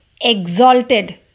exalted